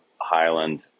Highland